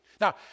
Now